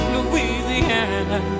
Louisiana